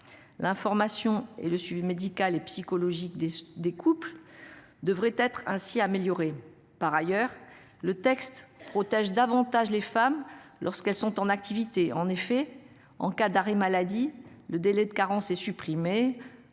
L'information et le suivi médical et psychologique des des couples. Devraient être ainsi améliorer par ailleurs le texte otages davantage les femmes lorsqu'elles sont en activité en effet en cas d'arrêt maladie, le délai de carence et supprimé.